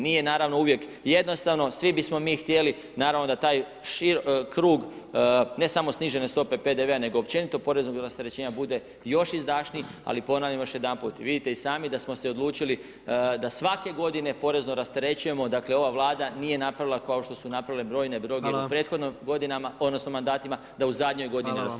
Nije naravno uvijek jednostavno, svi bismo mi htjeli naravno da taj krug ne samo snižene stope PDV-a nego općenito porezno rasterećenja bude još izdašniji ali ponavljam još jedanput, vidite i sami da smo se odlučili da svake godine porezno rasterećujemo dakle ova Vlada nije napravila kao što su napravile brojne druge u prethodnim godinama odnosno mandatima da u zadnjoj godini